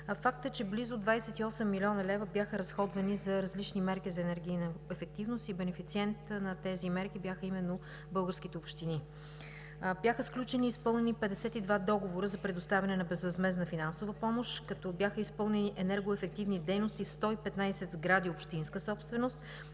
Факт е, че близо 28 млн. лв. бяха разходвани за различни мерки за енергийна ефективност и бенефициент на тези мерки бяха именно българските общини. Бяха сключени и изпълнени 52 договора за предоставяне на безвъзмездна финансова помощ, като бяха изпълнени енергоефективни дейности в 115 сгради общинска собственост,